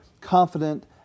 confident